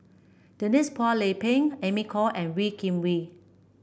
Denise Phua Lay Peng Amy Khor and Wee Kim Wee